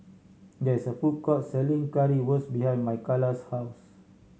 there is a food court selling Currywurst behind Makaila's house